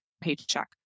paycheck